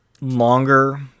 longer